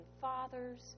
fathers